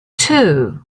two